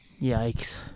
Yikes